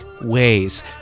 ways